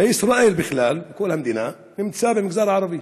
בישראל בכלל, בכל המדינה, נמצאים במגזר הערבי.